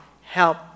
help